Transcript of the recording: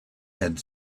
had